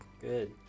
Good